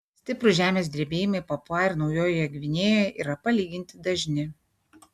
stiprūs žemės drebėjimai papua ir naujojoje gvinėjoje yra palyginti dažni